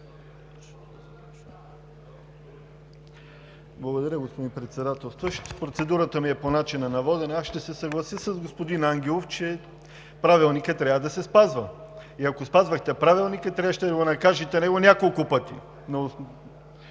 Благодаря Ви, господин Председателстващ. Процедурата ми е по начина на водене. Ще се съглася с господин Ангелов, че Правилникът трябва да се спазва. Ако спазвахте Правилника, трябваше да накажете него няколко пъти